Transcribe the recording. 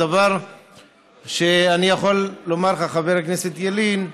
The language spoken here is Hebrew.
אני יכול לומר לך, חבר הכנסת ילין,